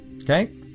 Okay